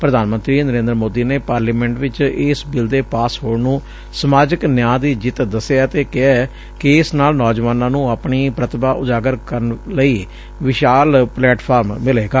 ਪ੍ਧਾਨ ਮੰਤਰੀ ਨਰੇਂਦਰ ਮੋਦੀ ਨੇ ਪਾਰਲੀਮੈਂਟ ਚ ਇਸ ਬਿੱਲ ਦੇ ਪਾਸ ਹੋਣ ਨੁੰ ਸਮਾਜਿਕ ਨਿਆਂ ਦੀ ਜਿੱਤ ਦਸਿਐ ਅਤੇ ਕਿਹਾ ਕਿ ਇਸ ਨਾਲ ਨੌਜਵਾਨਾਂ ਨੂੰ ਆਪਣੀ ਪ੍ਰਤਿਭਾ ਉਜਾਗਰ ਕਰਨ ਲਈ ਵਿਸ਼ਾਲ ਪਲੇਟਫਾਰਮ ਮਿਲੇਗਾ